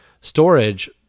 storage